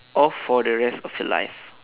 of for the rest of your life